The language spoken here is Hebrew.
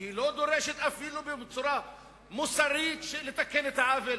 שהיא לא דורשת אפילו בצורה מוסרית לתקן את העוול,